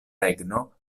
regno